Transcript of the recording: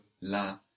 la